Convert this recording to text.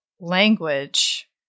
language